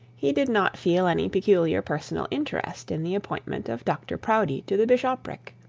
he did not feel any peculiar personal interest in the appointment of dr proudie to the bishopric.